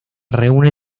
reúne